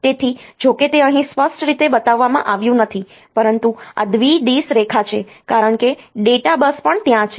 તેથી જો કે તે અહીં સ્પષ્ટ રીતે બતાવવામાં આવ્યું નથી પરંતુ આ દ્વિદિશ રેખા છે કારણ કે ડેટા બસ પણ ત્યાં છે